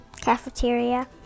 cafeteria